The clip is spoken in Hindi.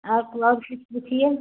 आपको और कुछ पूछिए